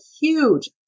huge